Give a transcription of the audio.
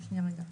שניה רגע,